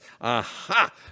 aha